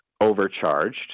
overcharged